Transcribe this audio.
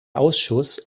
ausschuss